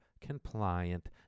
compliant